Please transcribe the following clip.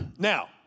Now